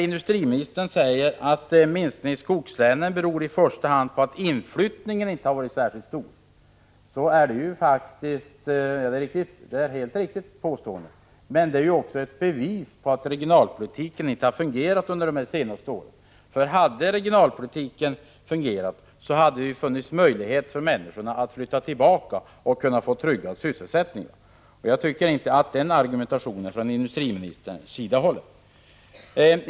Industriministern säger att minskningen i skogslänen i första hand beror på att inflyttningen inte varit särskilt stor, och det är ett riktigt påstående. Men detta är också ett bevis på att regionalpolitiken inte har fungerat under de senaste åren. Hade den fungerat hade det funnits möjligheter för människorna att flytta tillbaka och få en tryggad sysselsättning. Jag tycker inte att den argumentationen från industriministerns sida håller.